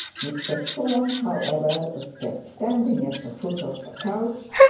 mr thorne, however, was kept standing at the foot of the couch,